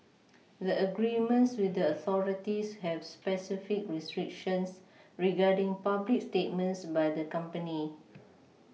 the agreements with the authorities have specific restrictions regarding public statements by the company